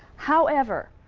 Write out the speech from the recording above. however,